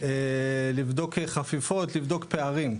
לבדוק חפיפות, לבדוק פערים.